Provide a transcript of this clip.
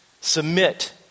Submit